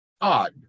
odd